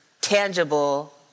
tangible